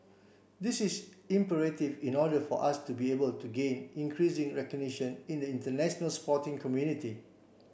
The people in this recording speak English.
this is imperative in order for us to be able to gain increasing recognition in the international sporting community